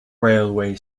railway